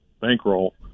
bankroll